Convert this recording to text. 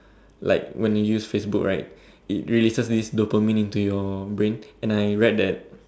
like when you use Facebook right it really permanently burn inside your brain and I read that